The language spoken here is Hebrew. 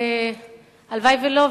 והלוואי שלא,